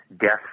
death